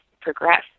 progress